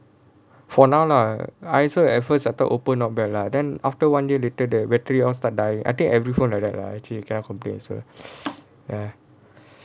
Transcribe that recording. for now lah I also at first I thought Oppo not bad lah then after one year later the battery all start dieing I think every phone like that lah actually you cannot complain also ya